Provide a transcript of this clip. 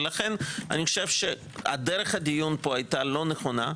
לכן אני חושב שדרך הדיון פה הייתה לא נכונה,